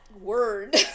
word